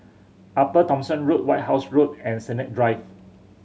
Upper Thomson Road White House Road and Sennett Drive